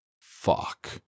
Fuck